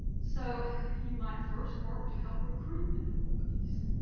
so you might first work to help recruit employees,